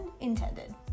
intended